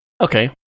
Okay